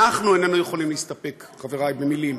אנחנו איננו יכולים להסתפק, חברי, במילים.